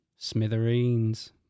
Smithereens